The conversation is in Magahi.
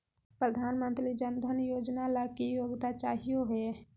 प्रधानमंत्री जन धन योजना ला की योग्यता चाहियो हे?